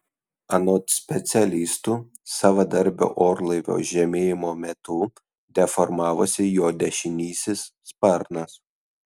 anot specialistų savadarbio orlaivio žemėjimo metu deformavosi jo dešinysis sparnas